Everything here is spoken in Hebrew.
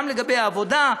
גם לגבי העבודה,